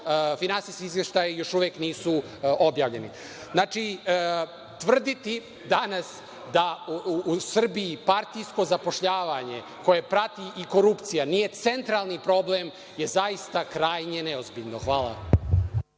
finansijski izveštaji još uvek nisu objavljeni. Znači, tvrditi danas da u Srbiji partijsko zapošljavanje, koje prati i korupcija, nije centralni problem, je zaista krajnje neozbiljno. Hvala.